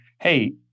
hey